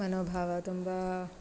ಮನೋಭಾವ ತುಂಬ